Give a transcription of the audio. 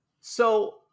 So-